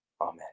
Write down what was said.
Amen